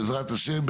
בעזרת השם,